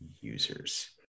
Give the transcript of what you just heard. users